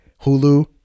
Hulu